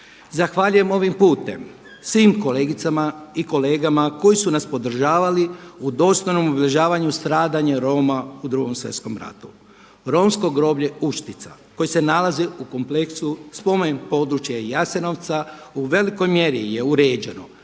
Zahvaljujem ovim putem svim kolegicama i kolegama koji su nas podržavali u dostojnom obilježavanju stradanja Roma u Drugom svjetskom ratu. Romsko groblje Uštica koje se nalazi u kompleksu Spomen područja Jasenovca u velikoj mjeri je uređeno,